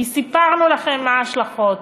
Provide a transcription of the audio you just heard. כי סיפרנו לכם מה ההשלכות,